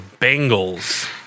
Bengals